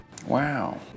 Wow